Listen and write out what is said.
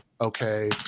okay